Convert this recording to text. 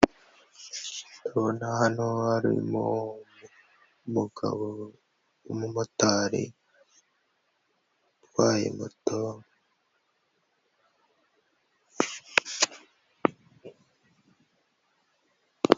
Ndabona hano harimo umugabo w'umumotari utwaye moto.